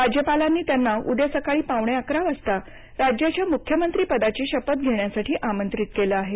राज्यपालांनी त्यांना उद्या सकाळी पावणे अकरा वाजता राज्याच्या मुख्यमंत्री पदाची शपथ घेण्यासाठी आमंत्रित केलं आहे